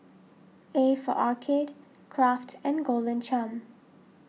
A for Arcade Kraft and Golden Churn